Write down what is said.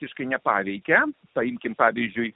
visiškai nepaveikia paimkime pavyzdžiui